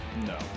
no